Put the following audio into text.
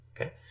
Okay